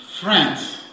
friends